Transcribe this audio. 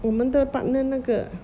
我们的 partner 那个